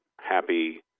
happy